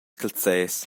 calzers